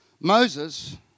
Moses